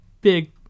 big